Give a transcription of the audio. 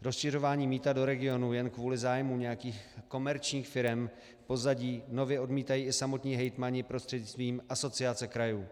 Rozšiřování mýta do regionů jen kvůli zájmu nějakých komerčních firem v pozadí nově odmítají i samotní hejtmani prostřednictvím Asociace krajů.